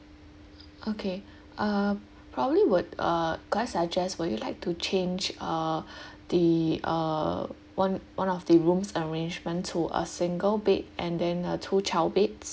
okay uh probably would uh could I suggest would you like to change uh the uh one one of the rooms arrangement to a single bed and then uh two child beds